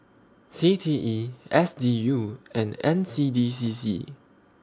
C T E S D U and N C D C C